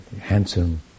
handsome